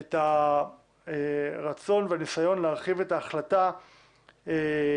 את הרצון והניסיון להרחיב את ההחלטה שאנחנו